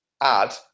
add